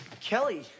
Kelly